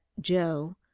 Joe